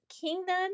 kingdom